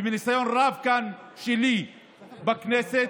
ומניסיון רב שלי כאן בכנסת,